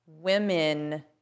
women